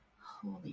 Holy